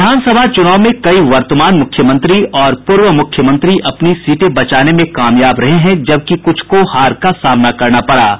विधानसभा चूनाव में कई वर्तमान मुख्यमंत्री और पूर्व मुख्यमंत्री अपनी सीटें बचाने में कामयाब रहे हैं जबकि कुछ को हार का सामना करना पड़ा है